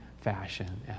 fashion